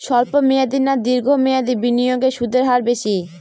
স্বল্প মেয়াদী না দীর্ঘ মেয়াদী বিনিয়োগে সুদের হার বেশী?